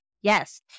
Yes